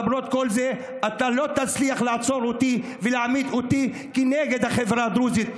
למרות כל זה אתה לא תצליח לעצור אותי ולהעמיד אותי כנגד החברה הדרוזית,